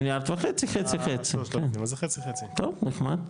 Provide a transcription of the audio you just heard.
מיליארד וחצי, חצי-חצי, טוב, נחמד.